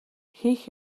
хийх